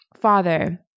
Father